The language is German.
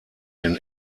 den